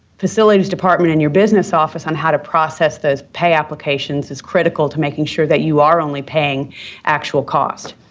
facilities department and your business office on how to process those pay applications is critical to making sure that you are only paying actual cost.